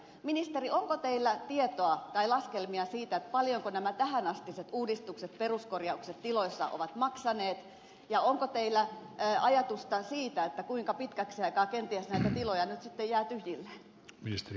ministeri onko teillä tietoa tai laskelmia siitä paljonko nämä tähänastiset uudistukset peruskorjaukset tiloissa ovat maksaneet ja onko teillä ajatusta siitä kuinka pitkäksi aikaa kenties näitä tiloja nyt sitten jää tyhjilleen